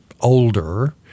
older